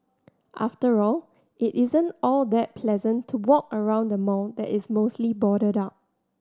after all it isn't all that pleasant to walk around the mall that is mostly boarded up